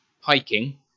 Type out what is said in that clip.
hiking